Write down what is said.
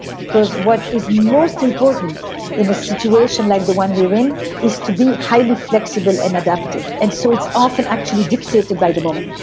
because what is most important in a situation like the one we are in is to be highly flexible and adaptive. and so it's often actually dictated by the moment.